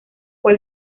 fue